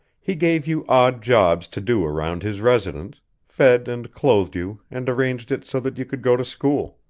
he gave you odd jobs to do around his residence, fed and clothed you and arranged it so that you could go to school.